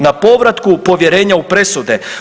Na povratku povjerenja u presude.